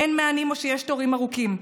אין מענים, או שיש תורים ארוכים.